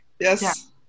Yes